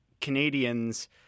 Canadians